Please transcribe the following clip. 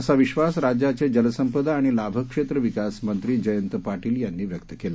असा विश्वास राज्याचे जलसंपदा आणि लाभक्षेत्र विकास मंत्री जयंत पाटील यांनी व्यक्त केला